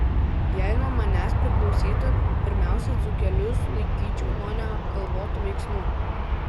jei nuo manęs priklausytų pirmiausia dzūkelius sulaikyčiau nuo neapgalvotų veiksmų